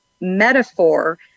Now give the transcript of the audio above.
metaphor